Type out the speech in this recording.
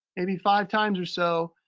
maybe five times or so.